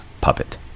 puppet